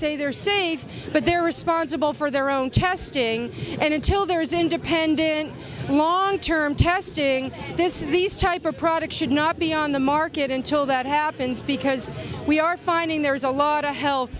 they're safe but they're responsible for their own testing and until there is independent long term testing this these type of products should not be on the market until that happens because we are finding the there's a lot of health